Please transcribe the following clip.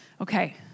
Okay